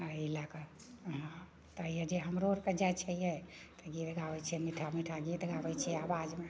एहि लऽ कऽ तऽ जे हमरो आरके जाइत छियै तऽ गीत गाबैत छियै मीठा मीठा गीत गाबैत छियै आवाजमे